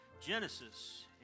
Genesis